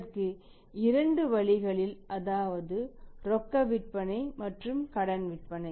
அதற்கு இரண்டு வழிகளில் அதாவது ரொக்க விற்பனை மற்றும் கடன் விற்பனை